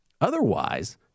Otherwise